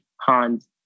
Hans